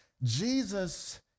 Jesus